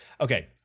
Okay